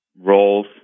roles